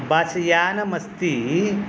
bus यानम् अस्ति